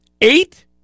Eight